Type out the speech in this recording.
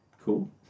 cool